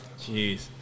Jeez